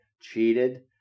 cheated